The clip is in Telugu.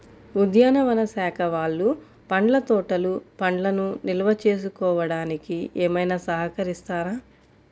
ఉద్యానవన శాఖ వాళ్ళు పండ్ల తోటలు పండ్లను నిల్వ చేసుకోవడానికి ఏమైనా సహకరిస్తారా?